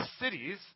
cities